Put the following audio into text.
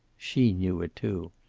she knew it, too.